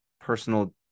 personal